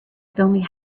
could